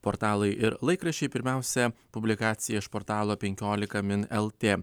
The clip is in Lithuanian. portalai ir laikraščiai pirmiausia publikacija iš portalo penkiolika min lt